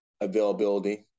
availability